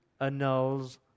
annuls